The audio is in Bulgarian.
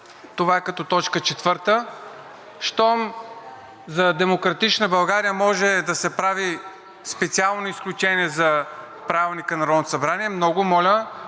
това е като точка четвърта. Щом за „Демократична България“ може да се прави специално изключение от Правилника на Народното събрание, много моля